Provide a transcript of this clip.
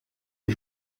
des